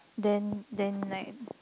then then like